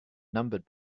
numbered